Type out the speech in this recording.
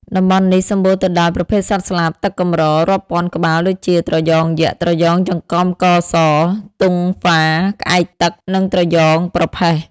តំបន់នេះសម្បូរទៅដោយប្រភេទសត្វស្លាបទឹកកម្រ រាប់ពាន់ក្បាល ដូចជា ត្រយងយក្ស ត្រយងចង្កំកស ទង់ហ្វារ ក្អែកទឹក និងត្រយ៉ងប្រផេះ។